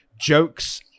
Jokes